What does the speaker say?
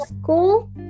school